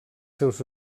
seus